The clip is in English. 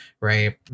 right